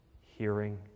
Hearing